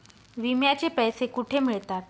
विम्याचे पैसे कुठे मिळतात?